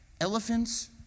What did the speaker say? Elephants